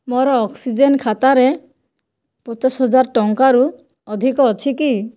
ମୋର ଅକ୍ସିଜେନ୍ ଖାତାରେ ପଚାଶ ହଜାର ଟଙ୍କାରୁ ଅଧିକ ଅଛି କି